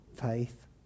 faith